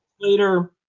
later